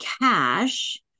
cash